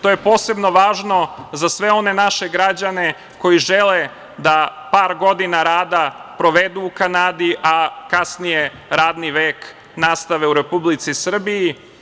To je posebno važno za sve one naše građane koji žele da par godina rada provedu u Kanadi, a kasnije radni vek nastave u Republici Srbiji.